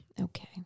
Okay